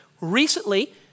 recently